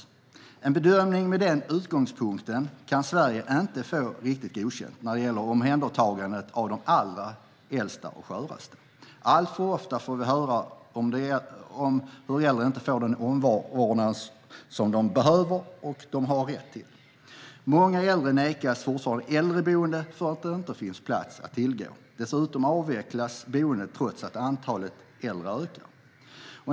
Vid en bedömning med den utgångspunkten kan Sverige inte få riktigt godkänt när det gäller omhändertagandet av de allra äldsta och sköraste. Alltför ofta får vi höra om hur äldre inte får den omvårdnad som de behöver och har rätt till. Många äldre nekas fortfarande äldreboende för att det inte finns platser att tillgå. Dessutom avvecklas boenden trots att antalet äldre ökar.